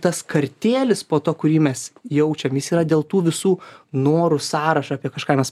tas kartėlis po to kurį mes jaučiam jis yra dėl tų visų norų sąrašą apie kažką mes